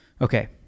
okay